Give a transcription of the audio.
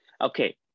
Okay